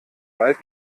wald